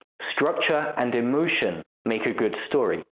structure and emotion make a good story.